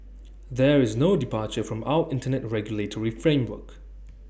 there is no departure from our Internet regulatory framework